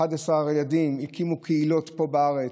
11 ילדים, והקימו קהילות פה בארץ,